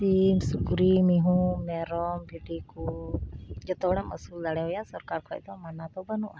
ᱥᱤᱢ ᱥᱩᱠᱨᱤ ᱢᱤᱦᱩ ᱢᱮᱨᱚᱢ ᱵᱷᱤᱰᱤᱠᱚ ᱡᱚᱛᱚᱦᱚᱲᱮᱢ ᱟᱹᱥᱩᱞ ᱫᱟᱲᱮᱣᱟᱭᱟ ᱥᱚᱨᱠᱟᱨ ᱠᱷᱚᱡᱫᱚ ᱢᱟᱱᱟᱫᱚ ᱵᱟᱹᱱᱩᱜᱼᱟ